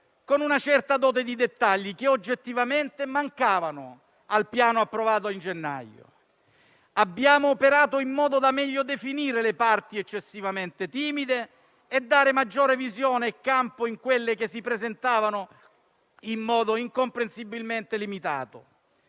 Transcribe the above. con una certa dose di dettagli che oggettivamente mancavano nella versione approvata a gennaio. Abbiamo operato in modo da meglio definire le parti eccessivamente timide e dare maggiore visione e campo a quelle che si presentavano in modo incomprensibilmente limitato.